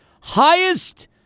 Highest